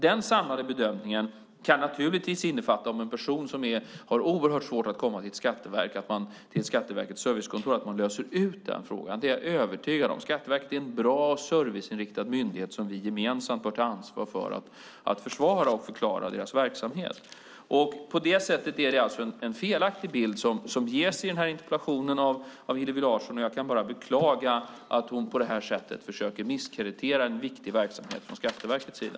Den samlade bedömningen kan naturligtvis om en person har oerhört svårt att komma till ett av Skatteverkets servicekontor innebära att man löser ut den frågan. Det är jag övertygad om. Skatteverket är en bra och serviceinriktad myndighet, och vi har gemensamt ansvar för att försvara och förklara deras verksamhet. På det sättet är det alltså en felaktig bild som ges i interpellationen av Hillevi Larsson. Jag kan bara beklaga att hon på det här sättet försöker misskreditera en viktig verksamhet från Skatteverkets sida.